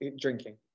drinking